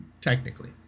technically